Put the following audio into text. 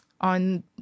on